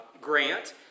grant